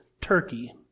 Turkey